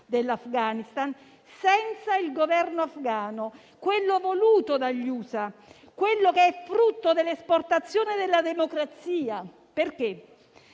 dell'Afghanistan, senza il Governo afghano, quello voluto dagli USA, quello che è frutto dell'esportazione della democrazia. Perché?